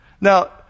Now